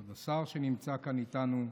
כבוד השר שנמצא כאן איתנו,